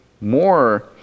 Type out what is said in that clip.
more